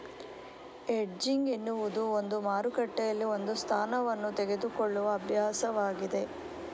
hedging ಎನ್ನುವುದು ಒಂದು ಮಾರುಕಟ್ಟೆಯಲ್ಲಿ ಒಂದು ಸ್ಥಾನವನ್ನು ತೆಗೆದುಕೊಳ್ಳುವ ಅಭ್ಯಾಸವಾಗಿದೆ